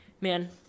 Man